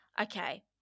Okay